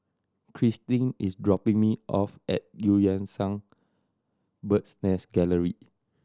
Christin is dropping me off at Eu Yan Sang Bird's Nest Gallery